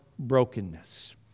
brokenness